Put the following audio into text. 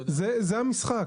זה המשחק.